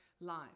life